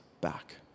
back